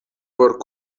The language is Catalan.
port